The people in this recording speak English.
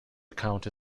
account